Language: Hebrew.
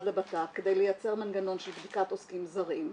לבט"פ כדי לייצר מנגנון של בדיקת עוסקים זרים.